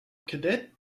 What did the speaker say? cadet